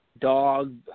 dog